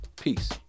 Peace